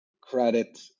credit